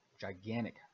gigantic